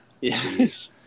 yes